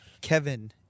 Kevin